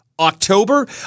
October